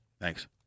Thanks